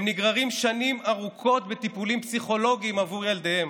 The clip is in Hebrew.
הם נגררים שנים ארוכות עם טיפולים פסיכולוגיים עבור ילדיהם.